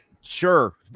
Sure